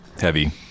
Heavy